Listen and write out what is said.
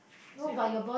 I say !aiya!